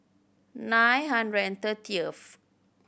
nine hundred and thirtieth